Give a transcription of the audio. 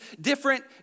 different